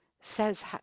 says